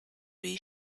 his